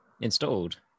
installed